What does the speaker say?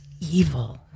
evil